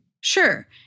Sure